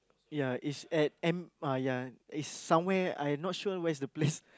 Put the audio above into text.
ya is at M uh ya is somewhere I not sure where's the place